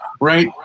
Right